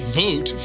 vote